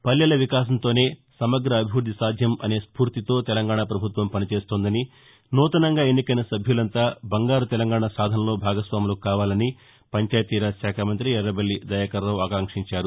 పల్లెల వికాసంతోనే సమగ్ర అభివ్బద్ది సాధ్యం అనే స్పూర్తితో తెలంగాణ పభుత్వం పనిచేస్తోందని నూతనంగా ఎన్నికైన సభ్యులంతా బంగారు తెలంగాణ సాధనలో భాగస్వాములు కావాలని పంచాయతీరాజ్ శాఖ మంతి ఎర్రబెల్లి దయాకర్రావు ఆకాంక్షించారు